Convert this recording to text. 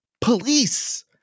police